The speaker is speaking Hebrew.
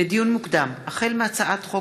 לדיון מוקדם, החל מהצעת חוק